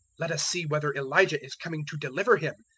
let us see whether elijah is coming to deliver him.